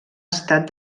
estat